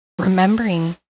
remembering